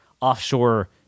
offshore